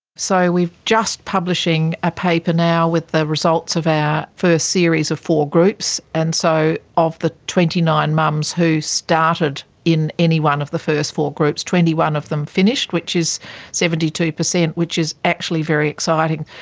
so we're just publishing a paper now with the results of our first series of four groups. and so of the twenty nine mums who started in any one of the first four groups, twenty one of them finished, which is seventy two percent which is actually very exciting.